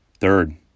Third